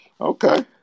Okay